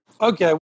Okay